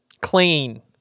Clean